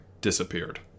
disappeared